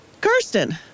Kirsten